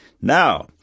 Now